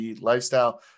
lifestyle